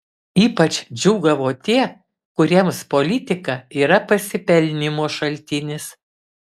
ypač džiūgavo tie kuriems politika yra pasipelnymo šaltinis